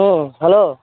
হুম hello